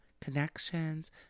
connections